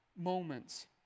moments